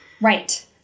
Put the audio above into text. Right